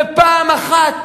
ופעם אחת,